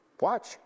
watch